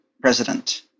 president